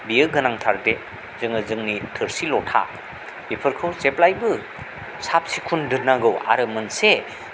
बियो गोनांथार जोङो जोंनि थोरसि लथा बेफोरखौ जेब्लायबो साब सिखोन दोननांगौ आरो मोनसे